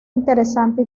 interesante